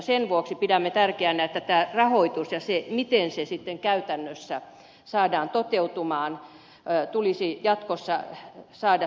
sen vuoksi pidämme tärkeänä että tästä rahoituksesta ja siitä miten se käytännössä saadaan toteutumaan tulisi jatkossa saada selvitys